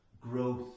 growth